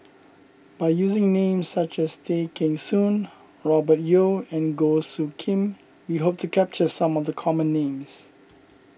by using names such as Tay Kheng Soon Robert Yeo and Goh Soo Khim we hope to capture some of the common names